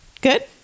good